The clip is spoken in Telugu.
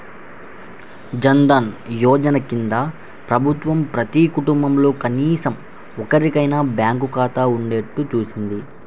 జన్ ధన్ యోజన కింద ప్రభుత్వం ప్రతి కుటుంబంలో కనీసం ఒక్కరికైనా బ్యాంకు ఖాతా ఉండేట్టు చూసింది